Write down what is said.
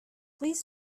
please